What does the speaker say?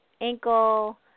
ankle